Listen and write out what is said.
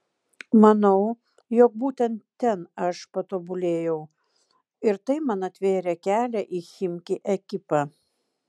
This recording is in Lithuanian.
manau jog būtent ten aš patobulėjau ir tai man atvėrė kelią į chimki ekipą